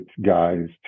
guys